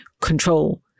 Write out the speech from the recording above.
control